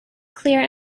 clear